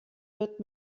wird